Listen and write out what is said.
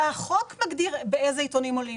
החוק מגדיר באיזה עיתונים מעלים.